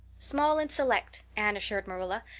small and select, anne assured marilla.